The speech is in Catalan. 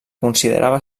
considerava